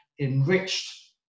enriched